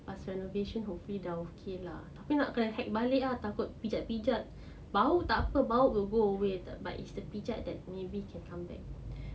lepas renovation hopefully dah okay lah tapi nak kena hack balik ah takut pijat-pijat bau takpe bau will go away but it's the pijat that maybe can come back